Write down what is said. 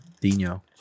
dino